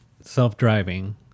self-driving